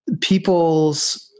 people's